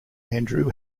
andrew